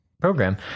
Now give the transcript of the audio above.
program